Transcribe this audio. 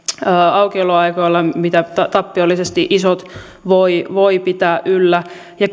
aukioloajoilla mitä tappiollisesti isot voivat pitää yllä ja